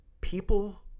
People